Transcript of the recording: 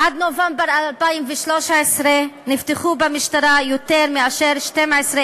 עד נובמבר 2013 נפתחו במשטרה יותר מ-12,000